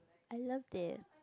I love it